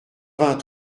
vingt